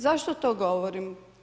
Zašto to govorim?